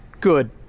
good